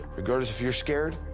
regardless if you're scared,